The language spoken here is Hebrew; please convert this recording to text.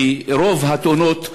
ורוב התאונות קורות,